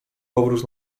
powróz